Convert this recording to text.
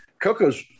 Cocos